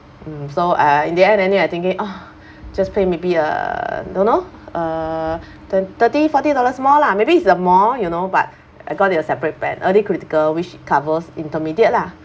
mm so uh in the end of the day I thinking oh just pay maybe uh don't know uh twen~ thirty forty dollars more lah maybe it's the more you know but I got it a separate plan early critical which covers intermediate lah